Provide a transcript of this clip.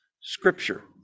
Scripture